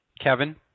Kevin